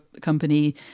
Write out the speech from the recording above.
company